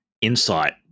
insight